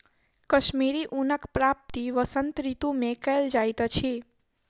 कश्मीरी ऊनक प्राप्ति वसंत ऋतू मे कयल जाइत अछि